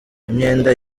imyenda